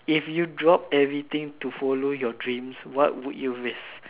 if you drop everything to follow your dreams what would you risk